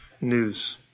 news